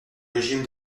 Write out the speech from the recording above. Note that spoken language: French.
régime